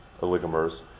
oligomers